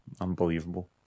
Unbelievable